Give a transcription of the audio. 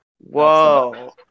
Whoa